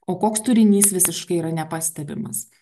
o koks turinys visiškai yra nepastebimas